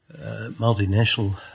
multinational